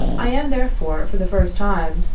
i am. therefore, for the first time,